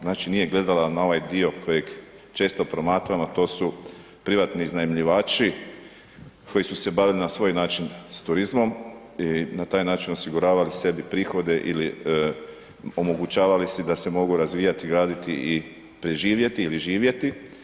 Znači nije gledala na ovaj dio kojeg često promatramo, a to su privatni iznajmljivači koji su se bavili na svoj način s turizmom i na taj način osiguravali sebi prihode ili omogućavali si da se mogu razvijati, graditi i preživjeti ili živjeti.